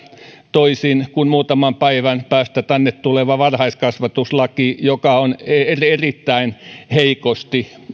toisin kuin muutaman päivän päästä tänne tuleva varhaiskasvatuslaki joka on erittäin heikosti